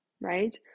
right